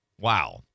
Wow